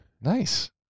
Nice